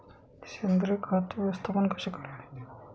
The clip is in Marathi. सेंद्रिय खत व्यवस्थापन कसे करावे?